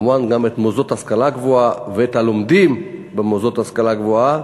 כמובן גם את המוסדות להשכלה גבוהה ואת הלומדים במוסדות להשכלה גבוהה.